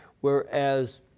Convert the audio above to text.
Whereas